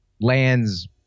lands